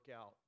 out